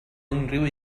unrhyw